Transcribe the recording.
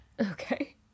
Okay